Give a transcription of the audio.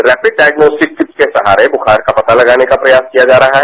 rapid diagnostic kit के सहारे बुखार का पता लगाने का प्रयास किया जा रहा है